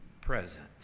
present